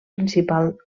principal